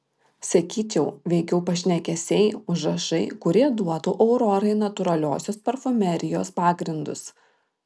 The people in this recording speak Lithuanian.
sakyčiau veikiau pašnekesiai užrašai kurie duotų aurorai natūraliosios parfumerijos pagrindus